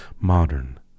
modern